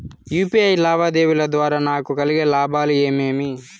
UPI లావాదేవీల ద్వారా నాకు కలిగే లాభాలు ఏమేమీ?